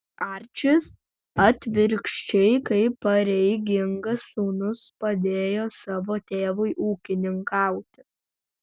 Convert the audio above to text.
arčis atvirkščiai kaip pareigingas sūnus padėjo savo tėvui ūkininkauti